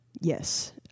Yes